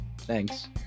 thanks